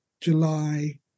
July